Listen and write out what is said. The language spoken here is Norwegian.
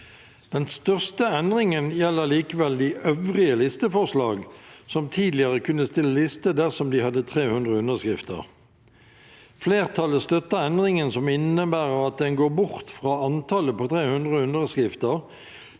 Den største endringen gjelder likevel de øvrige listeforslag, som tidligere kunne stille liste dersom de hadde 300 underskrifter. Flertallet støtter endringen, som innebærer at en går bort fra antallet på 300 underskrifter,